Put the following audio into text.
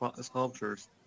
sculptures